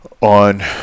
on